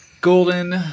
Golden